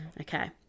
okay